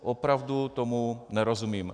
Opravdu tomu nerozumím.